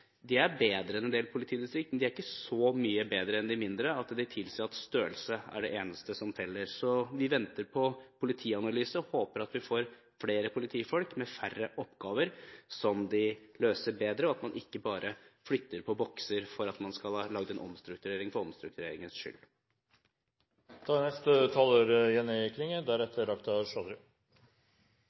er bedre enn en del politidistrikter, men de er ikke så mye bedre enn de mindre at det tilsier at størrelse er det eneste som teller. Så vi venter på politianalysen og håper at vi får flere politifolk med færre oppgaver som de løser bedre, og at man ikke bare flytter på bokser for å gjøre en omstrukturering for omstruktureringens skyld.